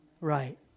right